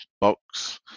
box